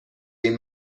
این